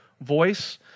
voice